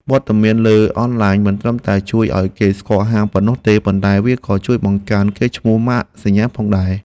វត្តមានលើអនឡាញមិនត្រឹមតែជួយឱ្យគេស្គាល់ហាងប៉ុណ្ណោះទេ ប៉ុន្តែវាក៏ជួយបង្កើនកេរ្តិ៍ឈ្មោះម៉ាកសញ្ញាផងដែរ។